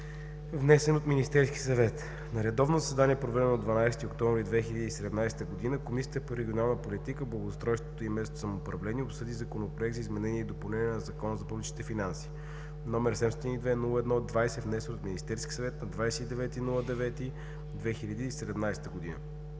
внесен от Министерски съвет На редовно заседание, проведено на 12 октомври 2017 г., Комисията по регионална политика, благоустройство и местно самоуправление обсъди Законопроект за изменение и допълнение на Закона за публичните финанси, № 702-01-20, внесен от Министерския съвет на 29